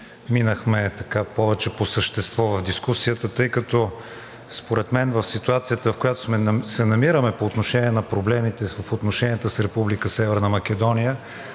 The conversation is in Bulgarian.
минахме повече по същество в дискусията, тъй като според мен в ситуацията, в която се намираме по отношение на проблемите в отношенията с Република